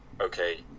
okay